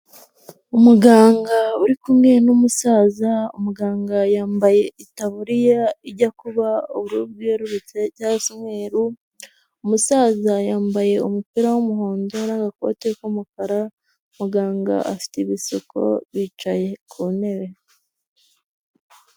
Umuganga uri kumwe n'umusaza, umuganga yambaye itaburiya ijya kuba ubururu bwerurutse cyangwa se umweru, umusaza yambaye umupira w'umuhondo n'agakoti k'umukara, umuganga afite ibisuko bicaye ku ntebe.